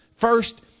First